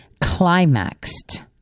climaxed